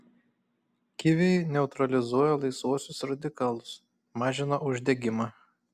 kiviai neutralizuoja laisvuosius radikalus mažina uždegimą